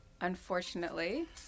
Unfortunately